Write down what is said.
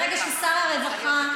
ברגע ששר הרווחה,